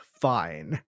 fine